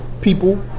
people